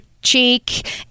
cheek